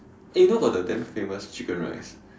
eh you know got the damn famous chicken rice